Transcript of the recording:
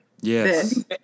Yes